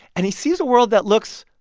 and he sees a world that looks,